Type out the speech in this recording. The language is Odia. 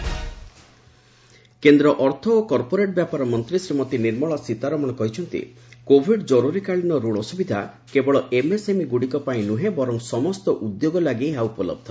କେନ୍ଦ୍ର ଅର୍ଥମନ୍ତ୍ରୀ ଫିକି କେନ୍ଦ୍ର ଅର୍ଥ ଓ କର୍ପୋରେଟ୍ ବ୍ୟାପାର ମନ୍ତ୍ରୀ ଶ୍ରୀମତୀ ନିର୍ମଳା ସୀତାରମଣ କହିଛନ୍ତି କୋଭିଡ୍ କରୁରୀକାଳୀନ ଋଣ ସୁବିଧା କେବଳ ଏମ୍ଏସ୍ଏମ୍ଇଗୁଡ଼ିକ ପାଇଁ ନୁହେଁ ବର୍ଚ ସମସ୍ତ ଉଦ୍ୟୋଗ ଲାଗି ଏହା ଉପଲବ୍ଧ